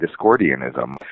Discordianism